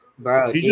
Bro